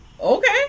Okay